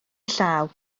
llaw